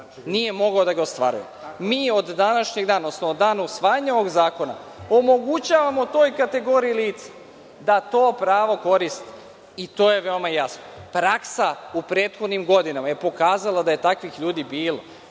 Nije mogao da ga ostvaruje. Mi od današnjeg dana, odnosno od dana usvajanja ovog zakona, omogućavamo toj kategoriji lica da to pravo koristi i to je veoma jasno. Praksa u prethodnim godinama je pokazala da je takvih ljudi bilo